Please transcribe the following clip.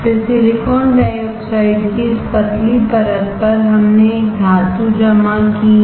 फिर silicon dioxide की इस पतली परत पर हमने एक धातु जमा की है